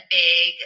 big